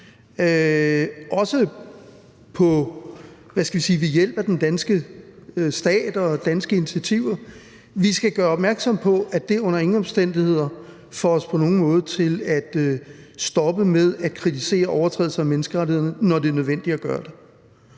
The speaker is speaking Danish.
initiativer, opmærksom på, at det under ingen omstændigheder og på ingen måde får os til at stoppe med at kritisere overtrædelser af menneskerettighederne, når det er nødvendigt at gøre det.